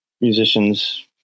musicians